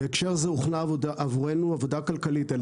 בהקשר זה הוכנה עבורנו עבודה כלכלית על